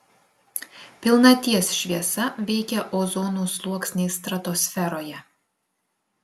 pilnaties šviesa veikia ozono sluoksnį stratosferoje